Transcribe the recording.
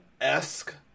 esque